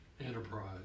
enterprise